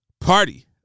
party